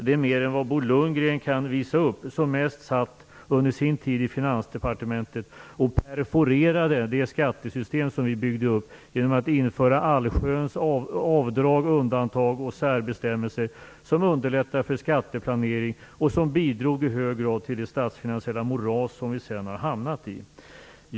Det är mer än vad Bo Lundgren kan visa upp, som under sin tid i Finansdepartementet mest satt och perforerade det skattesystem som vi byggde upp genom att införa allsköns avdrag, undantag och särbestämmelser som underlättade för skatteplanering och som i hög grad bidrog till det statsfinansiella moras som vi sedan har hamnat i.